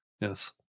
Yes